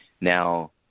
Now